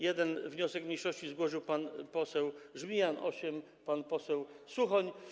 Jeden wniosek mniejszości złożył pan poseł Żmijan, osiem - pan poseł Suchoń.